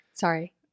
Sorry